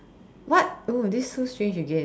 what oh this is so strange again